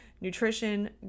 nutrition